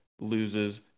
loses